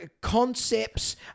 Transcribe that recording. concepts